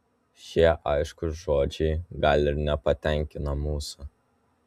šie aiškūs žodžiai gal ir nepatenkina mūsų